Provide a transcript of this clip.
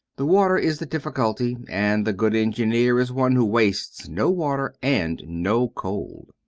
the water is the difficulty, and the good engineer is one who wastes no water and no coal.